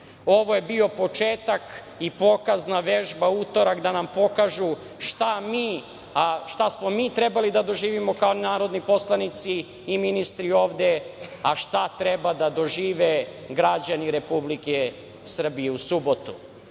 je bio početak i pokazna vežba u utorak, da nam pokažu šta smo mi trebali da doživimo kao narodni poslanici i ministri ovde, a šta treba da dožive građani Republike Srbije u subotu.